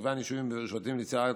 ממגוון יישובים ושבטים ליצירת